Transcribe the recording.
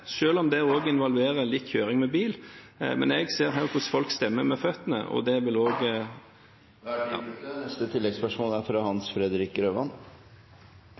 om det også involverer litt kjøring med bil. Men jeg ser her hvordan folk stemmer med føttene, og det vil også … Da er tiden ute. Hans Fredrik Grøvan